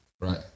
right